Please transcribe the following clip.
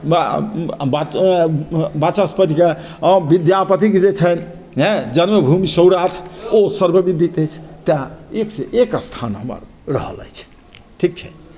वाचस्पतिके आओर विद्यापतिके जे छन्हि एँ जन्मभूमि सौराठ ओ सर्वविदित अछि तैं एक सँ एक स्थान हमर रहल अछि ठीक छै